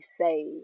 say